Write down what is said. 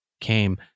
came